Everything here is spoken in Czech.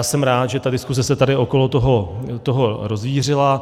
Jsem rád, že ta diskuze se tady okolo toho rozvířila.